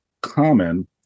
common